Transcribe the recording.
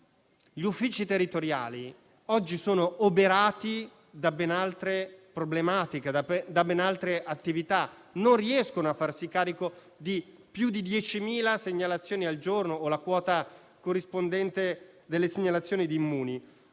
gli uffici territoriali oggi sono oberati da ben altre problematiche e attività, non riescono pertanto a farsi carico di più di diecimila segnalazioni al giorno, con la quota corrispondente delle segnalazioni di Immuni.